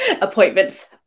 appointments